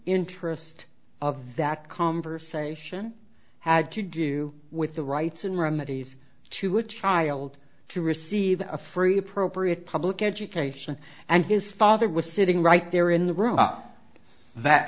interest of that conversation had to do with the rights and remedies to a child to receive a free appropriate public education and his father was sitting right there in the room up that